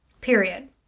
period